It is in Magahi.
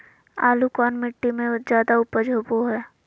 आलू कौन मिट्टी में जादा ऊपज होबो हाय?